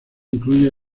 incluyó